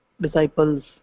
disciples